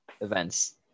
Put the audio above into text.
events